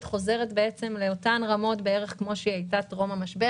חוזרת בערך לאותן רמות שהיו טרום המשבר.